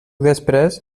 després